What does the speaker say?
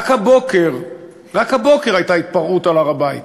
רק הבוקר הייתה התפרעות על הר-הבית.